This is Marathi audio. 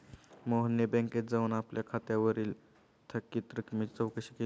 मोहनने बँकेत जाऊन आपल्या खात्यातील थकीत रकमेची चौकशी केली